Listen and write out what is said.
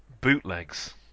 Bootlegs